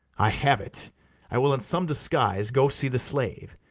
i have it i will in some disguise go see the slave,